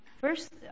First